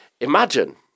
Imagine